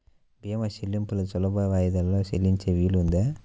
భీమా చెల్లింపులు సులభ వాయిదాలలో చెల్లించే వీలుందా?